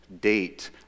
date